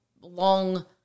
long